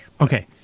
Okay